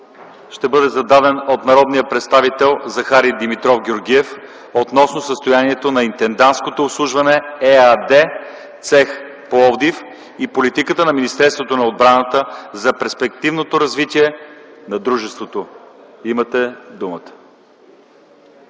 Ще бъде зададен въпрос от народния представител Захари Димитров Георгиев относно състоянието на „Интендантско обслужване” ЕАД – цех Пловдив, и политиката на Министерството на отбраната за перспективното развитие на дружеството. Имате думата.